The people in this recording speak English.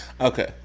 Okay